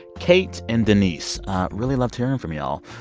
kate and denise really loved hearing from y'all.